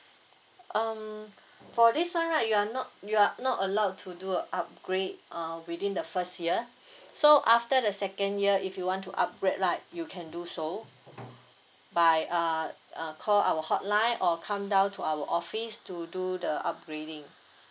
um for this one right you're not you're not allowed to do a upgrade uh within the first year so after the second year if you want to upgrade like you can do so by uh uh call our hotline or come down to our office to do the upgrading